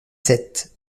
sept